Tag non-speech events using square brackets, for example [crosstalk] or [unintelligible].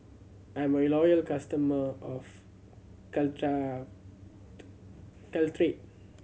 I'm a loyal customer of [unintelligible] Caltrate